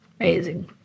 amazing